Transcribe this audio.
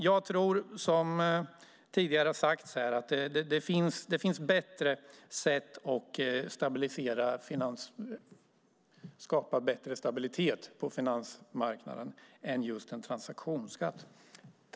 Jag tror som sagt att det finns bättre sätt att skapa stabilitet på finansmarknaden än genom en transaktionsskatt.